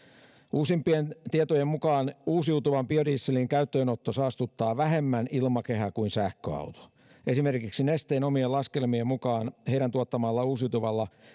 uusimpien tietojen mukaan uusiutuvan biodieselin käyttöönotto saastuttaa vähemmän ilmakehää kuin sähköauto esimerkiksi nesteen omien laskelmien mukaan heidän tuottamallaan uusiutuvalla